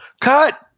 cut